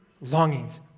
longings